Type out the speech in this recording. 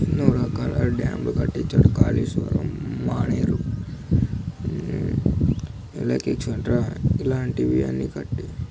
ఎన్నో రకాల డ్యాములు కట్టించాడు కాళేశ్వరం మానేరు ఇలా ఎక్సెట్రా ఇలాంటివి అన్ని కట్టిం